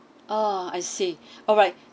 oh I see alright